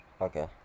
Okay